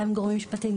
גם גורמים משפטיים,